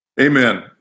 Amen